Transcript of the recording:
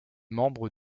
membre